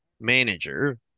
manager